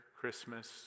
Christmas